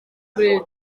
bryd